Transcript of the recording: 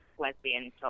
lesbian